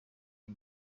iyi